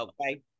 Okay